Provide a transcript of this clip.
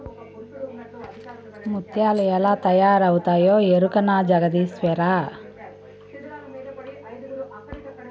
ముత్యాలు ఎలా తయారవుతాయో ఎరకనా జగదీశ్వరా